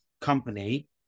company